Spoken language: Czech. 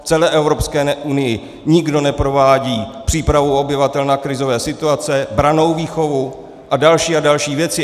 V celé Evropské unii nikdo neprovádí přípravu obyvatel na krizové situace, brannou výchovu a další a další věci.